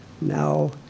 Now